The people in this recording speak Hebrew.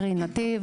קרי נתיב,